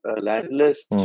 landless